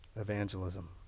evangelism